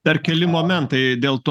dar keli momentai dėl to